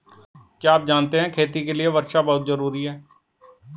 क्या आप जानते है खेती के लिर वर्षा बहुत ज़रूरी है?